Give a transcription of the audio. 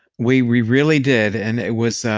we we really did, and it was,